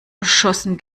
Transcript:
schossen